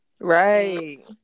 Right